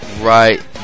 right